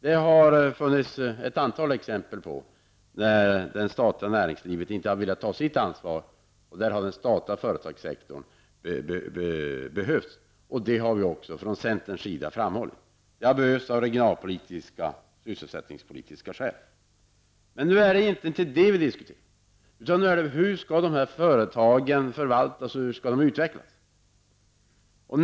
Det har funnits ett antal exempel på att det privata näringslivet inte har velat ta sitt ansvar, och där har den statliga företagssektorn behövts. Det har vi också framhållit från centerns sida. Det har behövts av regionalpolitiska och sysselsättningspolitiska skäl. Men nu är det inte det som vi diskuterar utan hur dessa företag skall utvecklas och förvaltas.